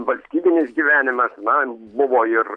valstybinis gyvenimas na buvo ir